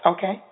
Okay